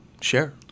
share